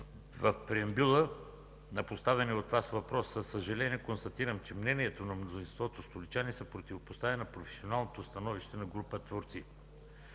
В преамбюла на поставения от Вас въпрос със съжаление констатирам, че мнението на мнозинството столичани се противопоставя на професионалното становище на група творци